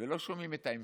ולא שומעים את המשך,